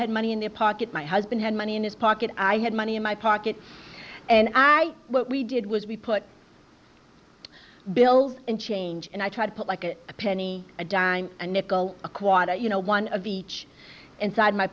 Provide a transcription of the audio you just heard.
had money in their pocket my husband had money in his pocket i had money in my pocket and i what we did was we put bills and change and i try to put like a penny a dime a nickel a quarter you know one of each inside my